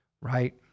right